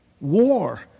War